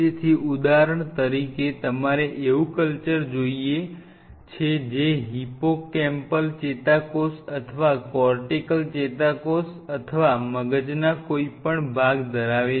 તેથી ઉદાહરણ તરીકે તમારે એવું કલ્ચર જોઈએ છે જે હિપ્પોકેમ્પલ ચેતાકોષ અથવા કોર્ટિકલ ચેતાકોષ અથવા મગજના કોઈપણ ભાગ ધરાવે છે